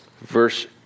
verse